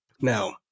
now